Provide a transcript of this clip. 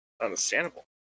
Understandable